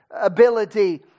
ability